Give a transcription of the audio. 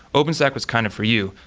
openstack was kind of for you,